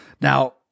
Now